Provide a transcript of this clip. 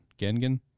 Gengen